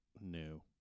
new